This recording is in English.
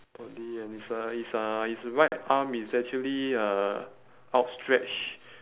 body and his uh his uh his right arm is actually uh outstretched